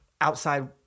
outside